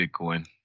Bitcoin